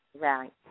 Right